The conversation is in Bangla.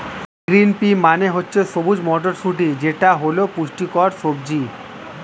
গ্রিন পি মানে হচ্ছে সবুজ মটরশুঁটি যেটা হল পুষ্টিকর সবজি